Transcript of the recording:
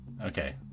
Okay